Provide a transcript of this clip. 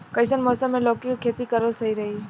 कइसन मौसम मे लौकी के खेती करल सही रही?